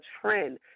trend